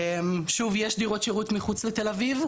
שוב, יש דירות שירות מחוץ לתל אביב.